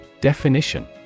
Definition